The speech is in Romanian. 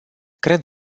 cred